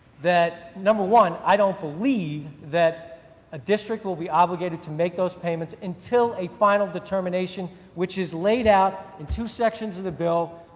that number one, i don't believe that a district will be obligated to make the payments until a final determination which is laid out in two sections of the bill,